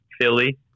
Philly